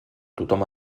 tothom